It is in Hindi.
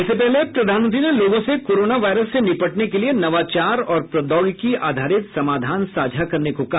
इससे पहले प्रधानमंत्री ने लोगों से कोरोना वायरस से निपटने के लिए नवाचार और प्रौद्योगिकी आधारित समाधान साझा करने को कहा